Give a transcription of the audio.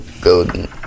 golden